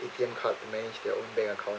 A_T_M card and manage their own bank account